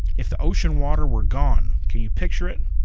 if the ocean water were gone! can you picture it?